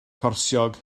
corsiog